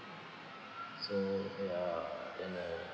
so they are you know